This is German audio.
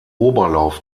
oberlauf